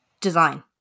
design